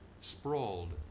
sprawled